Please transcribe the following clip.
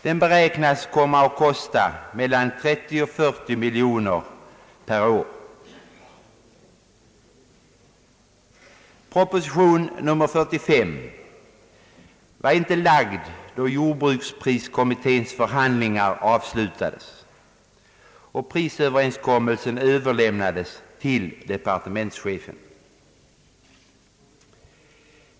Den beräknas kosta mellon 30 och 40 miljoner kronor per år. Proposition nr 45 var inte framlagd när jordbrukskommitténs förhandlingar avslutades och prisöverenskommelsen överlämnades till departementschefen.